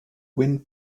wind